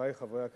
חברי חברי הכנסת,